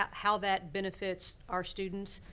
how that benefits our students.